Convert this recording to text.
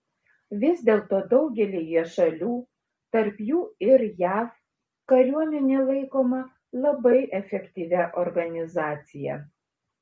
vis dėlto daugelyje šalių tarp jų ir jav kariuomenė laikoma labai efektyvia organizacija